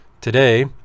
Today